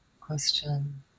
Question